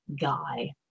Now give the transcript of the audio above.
guy